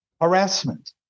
harassment